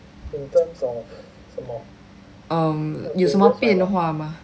um 有什么变化吗